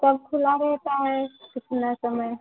कब खुला रहता है कितने समय